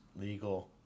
legal